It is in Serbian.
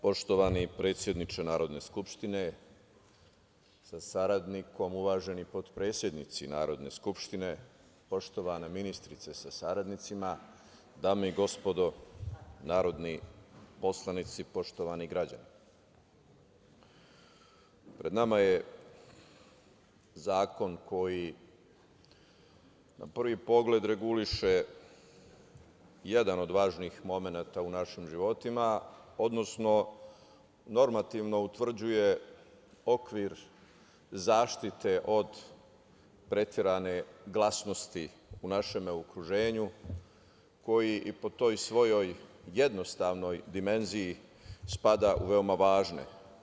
Poštovani predsedniče Narodne skupštine sa saradnikom, uvaženi potpredsednici Narodne skupštine, poštovana ministrice sa saradnicima, dame i gospodo narodni poslanici, poštovani građani, pred nama je zakon koji na prvi pogled reguliše jedan od važnih momenata u našim životima, odnosno normativno utvrđuje okvir zaštite od preterane glasnosti u našem okruženju koji po toj svojoj jednostavnoj dimenziji spada u veoma važne.